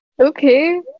Okay